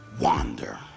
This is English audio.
wander